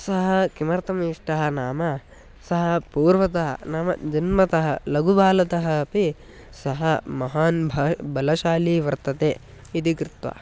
सः किमर्थम् इष्टः नाम सः पूर्वतः नाम जन्मतः लघुबालतः अपि सः महान् भ बलशाली वर्तते इति कृत्वा